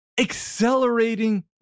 Accelerating